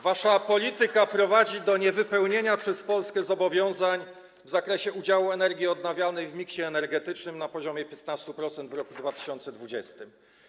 Wasza polityka prowadzi do niewypełnienia przez Polskę zobowiązań w zakresie udziału energii odnawialnej w miksie energetycznym na poziomie 15% w roku 2020.